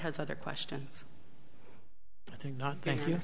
has other questions i think not thank you